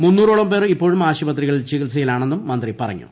മുന്നൂറോളം പേർ ഇപ്പോഴും ആശുപത്രികളിൽ ചികിത്സയിലാണെന്നും മന്ത്രി പറഞ്ഞു